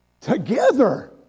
Together